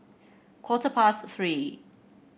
quarter past Three